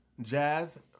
Jazz